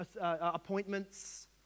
appointments